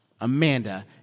Amanda